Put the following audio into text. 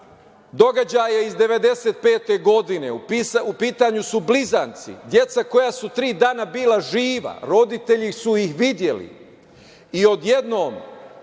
događaja iz 1995. godine. U pitanju su blizanci, deca koja su tri dana bila živa, roditelji su ih videli i odjednom